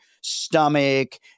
stomach